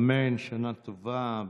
אמן, שנה טובה.